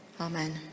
amen